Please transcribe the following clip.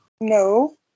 No